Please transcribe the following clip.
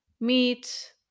meat